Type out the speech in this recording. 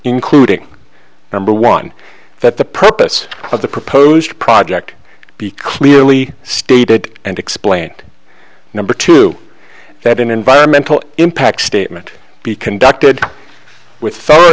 including number one that the purpose of the proposed project be clearly stated and explained number two that an environmental impact statement be conducted with